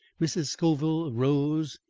mrs. scoville rose.